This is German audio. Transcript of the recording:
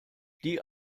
die